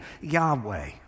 Yahweh